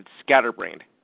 scatterbrained